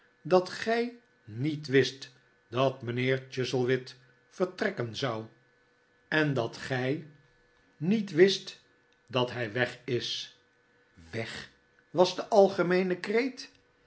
dat gij niet wist dat mijnheer chuzzlewit vertrekken zou eh dat gij niet wist dat hij weg is weg was de algemeene kreet